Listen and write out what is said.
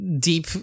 deep